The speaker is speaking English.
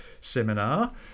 seminar